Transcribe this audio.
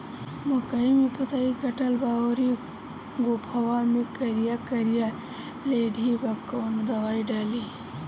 मकई में पतयी कटल बा अउरी गोफवा मैं करिया करिया लेढ़ी बा कवन दवाई डाली?